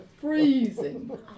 freezing